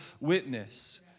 witness